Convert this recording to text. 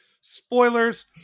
spoilers